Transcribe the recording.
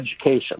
education